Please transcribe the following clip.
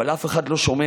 אבל אף אחד לא שומע.